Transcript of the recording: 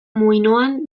muinoan